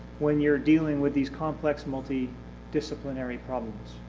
when you are dealing with these complex multi-disciplinary problems?